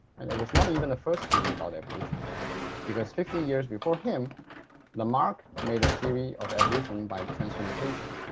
and it was not even a first theory about evolution because fifty years before him lamarck made a theory of evolution by transmutation.